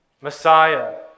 Messiah